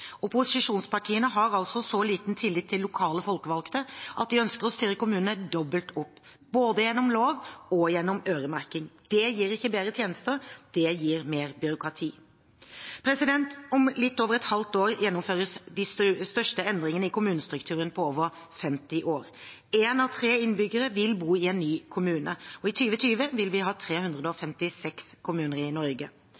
Opposisjonspartiene har så liten tillit til lokale folkevalgte at de ønsker å styre kommunene dobbelt opp, både gjennom lov og gjennom øremerking. Det gir ikke bedre tjenester – det gir mer byråkrati. Om litt over et halvt år gjennomføres de største endringene i kommunestrukturen på over 50 år. En av tre innbyggere vil bo i en ny kommune, og i 2020 vil vi ha